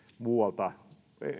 muualta